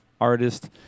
artist